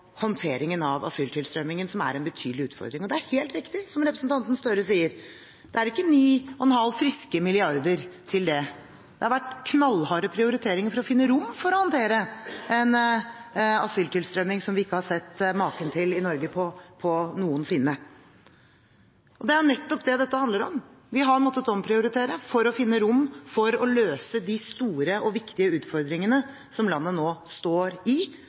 håndteringen av asyltilstrømmingen, som er en betydelig utfordring. Og det er helt riktig som representanten Gahr Støre sier – det er ikke 9,5 friske milliarder til det. Det har vært knallharde prioriteringer for å finne rom for å håndtere en asyltilstrømming som vi ikke har sett maken til i Norge noensinne. Det er jo nettopp det dette handler om: Vi har måttet omprioritere for å finne rom for å løse de store og viktige utfordringene som landet nå står i,